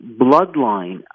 bloodline